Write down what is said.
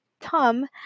tom